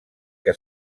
que